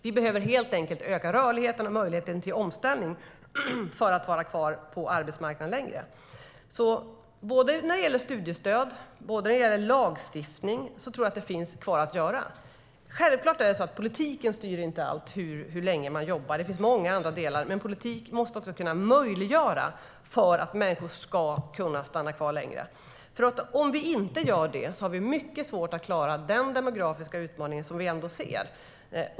Vi behöver helt enkelt öka rörligheten och möjligheten till omställning för att människor ska kunna vara kvar på arbetsmarknaden längre. När det gäller både studiestöd och lagstiftning tror jag att det finns saker kvar att göra. Självklart är det inte bara politiken som styr hur länge man jobbar. Det finns många andra delar. Men politiken måste kunna möjliggöra att människor stannar kvar längre. Om vi inte gör det har vi mycket svårt att klara de demografiska utmaningar vi ser.